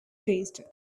tasted